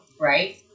right